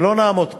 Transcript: שלא נעמוד פה,